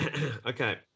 Okay